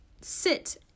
sit